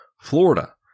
Florida